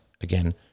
again